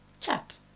chat